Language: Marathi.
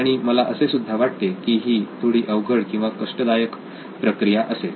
आणि मला असे सुद्धा वाटते की ही थोडी अवघड किंवा कष्टदायक प्रक्रिया असेल